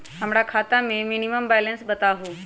हमरा खाता में मिनिमम बैलेंस बताहु?